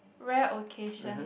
rare occasion